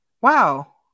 wow